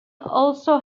also